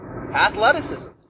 athleticism